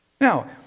Now